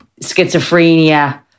schizophrenia